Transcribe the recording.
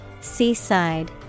Seaside